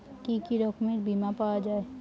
কি কি রকমের বিমা পাওয়া য়ায়?